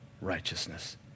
righteousness